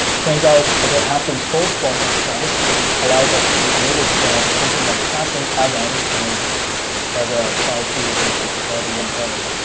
turns out i don't have to install chrome on travis, because it allows us to enable chrome simply by passing add-ons and then as a child key of it or however you want to call it.